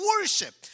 worship